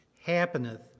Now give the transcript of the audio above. happeneth